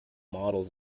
models